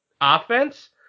offense